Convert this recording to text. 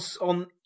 on